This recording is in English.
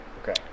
Okay